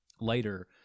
later